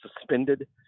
suspended